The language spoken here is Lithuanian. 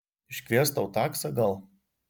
iškviest tau taksą gal